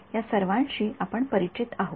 या सर्वांशी आपण परिचित आहोत